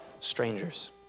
Strangers